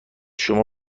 شما